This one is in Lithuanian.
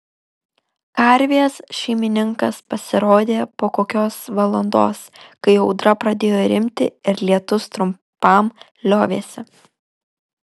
karvės šeimininkas pasirodė po kokios valandos kai audra pradėjo rimti ir lietus trumpam liovėsi